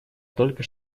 только